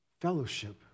Fellowship